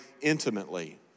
intimately